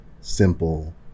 simple